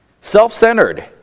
Self-centered